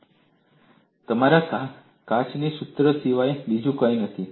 તે તમારા કાચીના સૂત્ર સિવાય બીજું કંઈ નથી